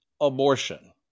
abortion